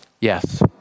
yes